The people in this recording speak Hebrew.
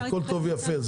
הכול טוב ויפה.